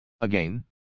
Again